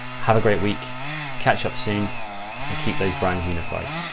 have a great week catch up soon and keep those brands unified.